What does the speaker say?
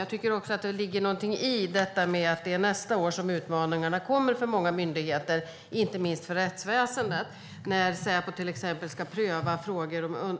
Jag tycker också att det ligger någonting i detta med att det är nästa år som utmaningarna kommer för många myndigheter, inte minst för rättsväsendet när Säpo ska pröva frågor om